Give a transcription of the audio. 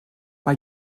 mae